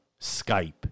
Skype